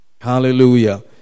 Hallelujah